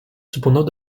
cependant